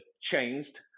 changed